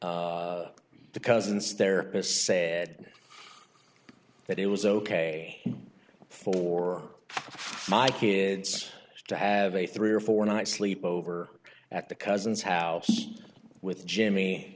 said the cousin's therapist said that it was ok for my kids to have a three or four night sleep over at the cousin's house with jimmy